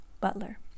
Butler